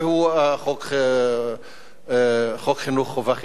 והוא חוק חינוך חובה חינם.